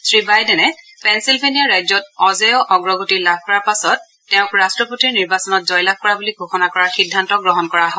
শ্ৰীবাইডেনে Pennsylvania ৰাজ্যত অজেয় অগ্ৰগতি লাভ কৰাৰ পাছত তেওঁক ৰট্টপতিৰ নিৰ্বাচনত জয়লাভ কৰা বুলি ঘোষণা কৰাৰ সিদ্ধান্ত গ্ৰহণ কৰা হয়